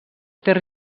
ter